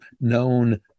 known